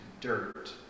dirt